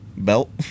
Belt